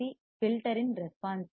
C filter இன் response